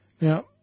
Now